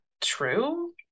true